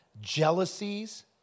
jealousies